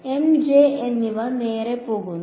M J എന്നിവ നേരെ പോകുന്നു